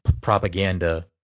propaganda